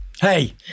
Hey